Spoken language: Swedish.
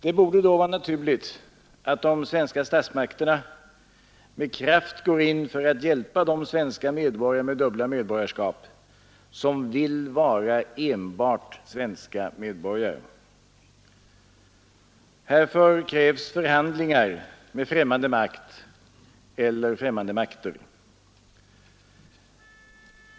Det borde då vara naturligt att de svenska statsmakterna med kraft går in för att hjälpa de svenska medborgare med dubbla medborgarskap som vill vara enbart svenska medborgare. Härför krävs förhandlingar med främmande makt eller främmande makter.